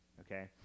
Okay